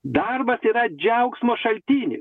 darbas yra džiaugsmo šaltinis